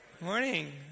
Morning